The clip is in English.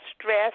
stress